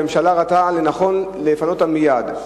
הממשלה ראתה לנכון לפנות אותם מייד.